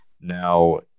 Now